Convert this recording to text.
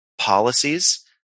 policies